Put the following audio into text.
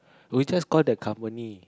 we just call the company